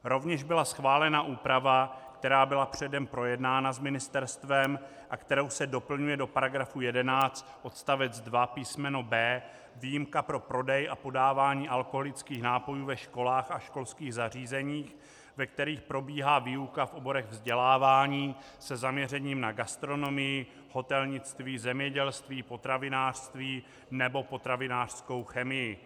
Rovněž byla schválena úprava, která byla předem projednána s ministerstvem a kterou se doplňuje do § 11 odst. 2 písm. b) výjimka pro prodej a podávání alkoholických nápojů ve školách a školských zařízeních, ve kterých probíhá výuka v oborech vzdělávání se zaměřením na gastronomii, hotelnictví, zemědělství, potravinářství nebo potravinářskou chemii.